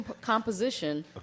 composition